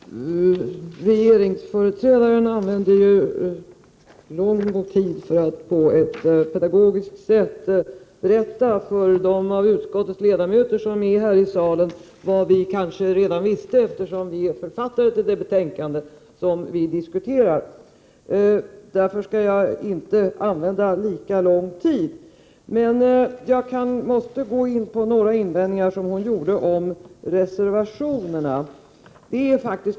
Herr talman! Regeringsföreträdaren använder ju lång tid för att på ett pedagogiskt sätt berätta för dem av utskottets ledamöter som är här i salen vad vi kanske redan visste, eftersom vi är författare till det betänkande som vi diskuterar. Därför skall jag inte använda lika lång tid. Men jag måste beröra några invändningar som hon hade mot reservationerna.